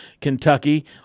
Kentucky